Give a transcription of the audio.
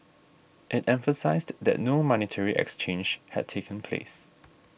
it emphasised that no monetary exchange had taken place